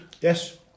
Yes